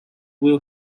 will